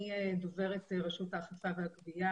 אני דוברת רשות האכיפה והגבייה.